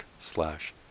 slash